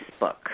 Facebook